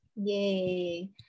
Yay